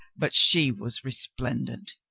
but she was resplendent.